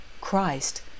Christ